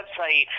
website